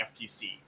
FTC